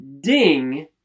ding